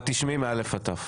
את תשמעי מ-א' עד ת'.